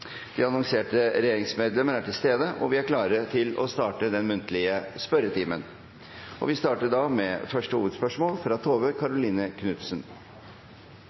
De annonserte regjeringsmedlemmer er til stede, og vi er klare til å starte den muntlige spørretimen. Vi starter med første hovedspørsmål, fra representanten Tove Karoline Knutsen.